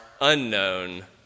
unknown